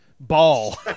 Ball